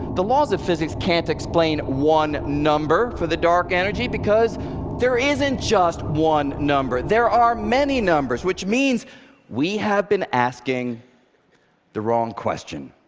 the laws of physics can't explain one number for the dark energy because there isn't just one number, there are many numbers. which means we have been asking the wrong question.